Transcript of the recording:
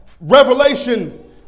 Revelation